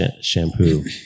shampoo